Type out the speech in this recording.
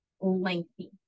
lengthy